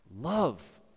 Love